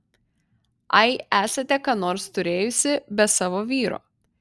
ai esate ką nors turėjusi be savo vyro